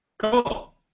cool